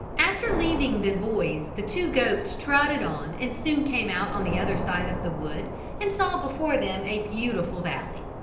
after leaving the boys the two goats trotted on and soon came out on the other side of the wood and saw before them a beautiful valley.